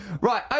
Right